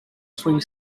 swing